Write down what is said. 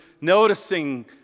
noticing